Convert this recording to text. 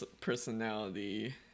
personality